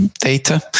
data